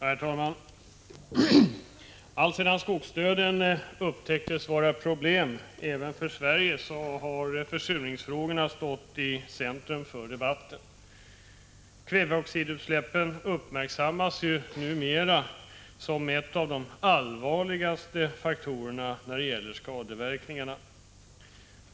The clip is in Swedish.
Herr talman! Alltsedan det upptäcktes att skogsdöden är ett problem även för Sverige har försurningsfrågorna stått i centrum för debatten. Kväveoxidutsläppen uppmärksammas numera som en av de allvarligaste orsakerna till skogsskadorna.